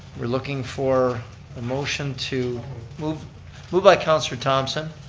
we're looking for a motion to move move by councilor thomsen,